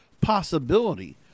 possibility